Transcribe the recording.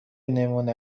نمونه